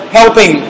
helping